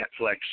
Netflix